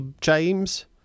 James